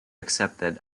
accepted